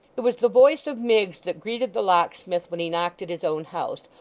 it was the voice of miggs that greeted the locksmith, when he knocked at his own house,